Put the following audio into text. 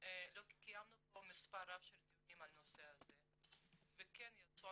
קיימנו כאן מספר רב של דיונים בנושא הזה וכן יצאו